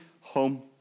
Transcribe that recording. home